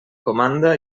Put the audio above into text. comanda